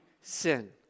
sin